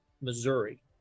Missouri